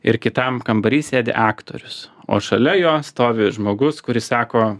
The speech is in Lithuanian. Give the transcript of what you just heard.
ir kitam kambary sėdi aktorius o šalia jo stovi žmogus kuris sako